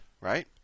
right